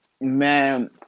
Man